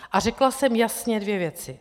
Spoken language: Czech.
A řekla jsem jasně dvě věci.